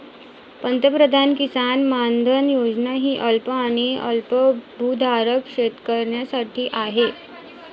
पंतप्रधान किसान मानधन योजना ही अल्प आणि अल्पभूधारक शेतकऱ्यांसाठी आहे